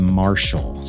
marshall